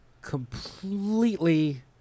completely